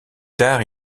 tard